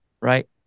Right